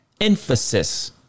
Emphasis